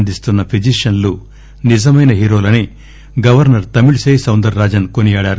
అందిస్తున్న ఫిజీషియన్లు నిజమైన హీరోలని governor Tamilisai Soundararajan కొనియాడారు